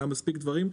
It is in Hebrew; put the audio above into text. היו מספיק דברים,